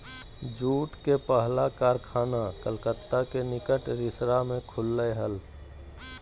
jute के पहला कारखाना कलकत्ता के निकट रिसरा में खुल लय हल